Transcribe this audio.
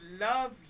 love